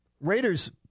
Raiders